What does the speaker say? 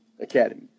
academy